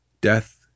death